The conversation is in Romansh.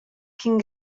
ch’in